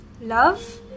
Love